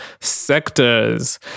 sectors